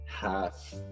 half